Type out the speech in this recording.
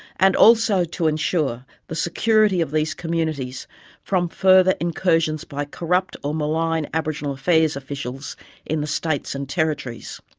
and also to ensure the security of these communities from further incursions by corrupt or malign aboriginal affairs officials in the states and territories.